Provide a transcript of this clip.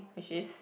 which is